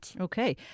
Okay